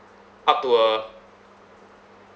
up to a